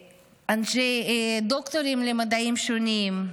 דוקטורים למדעים שונים,